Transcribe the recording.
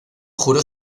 juró